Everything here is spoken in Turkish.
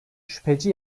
şüpheci